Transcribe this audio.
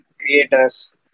creators